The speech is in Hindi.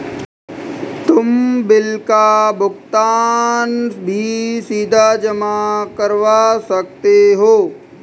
तुम बिल का भुगतान भी सीधा जमा करवा सकते हो